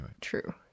True